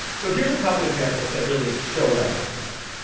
so here's a couple examples that really show what i'm talking about.